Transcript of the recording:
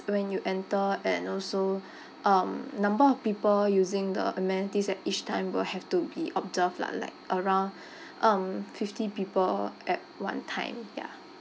when you enter and also um number of people using the amenities at each time will have to be observed lah like around um fifty people at one time ya